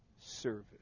service